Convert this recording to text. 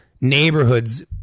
neighborhoods